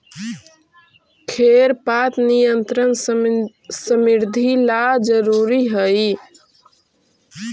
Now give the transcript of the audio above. खेर पात नियंत्रण समृद्धि ला जरूरी हई